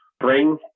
bring